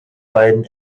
beiden